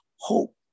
hope